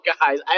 guys